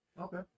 Okay